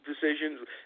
decisions